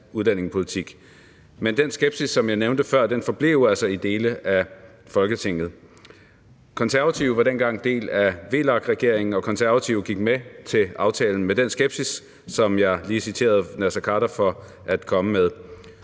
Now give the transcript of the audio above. Men den skepsis, som jeg nævnte før, forblev jo altså i dele af Folketinget. Konservative var dengang en del af VLAK-regeringen, og Konservative gik med til aftalen med den skepsis, som jeg lige citerede Naser Khader for at komme med.